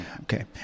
Okay